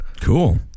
Cool